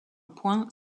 point